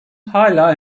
hâlâ